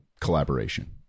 collaboration